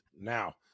Now